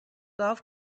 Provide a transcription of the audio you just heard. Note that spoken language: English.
golf